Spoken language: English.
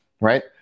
right